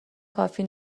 کافی